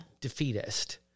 defeatist